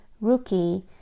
rookie